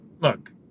look